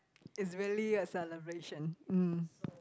it's really a celebration mm